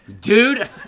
Dude